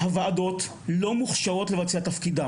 הוועדות לא מוכשרות לבצע את תפקידן.